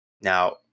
Now